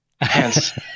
Hence